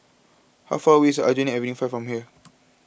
how far away is Aljunied Avenue four from here